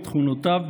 בתכונותיו,